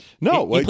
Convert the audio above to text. No